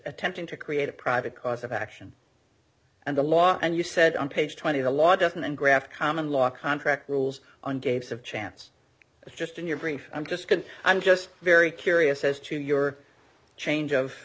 attempting to create a private cause of action and the law and you said on page twenty the law doesn't and graft common law contract rules on gates of chance that's just in your brief i'm just going i'm just very curious as to your change of